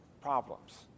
problems